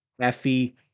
Effie